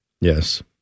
Yes